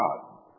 God